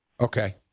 Okay